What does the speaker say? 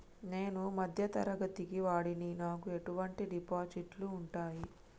నేను మధ్య తరగతి వాడిని నాకు ఎటువంటి డిపాజిట్లు ఉంటయ్?